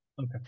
Okay